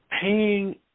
paying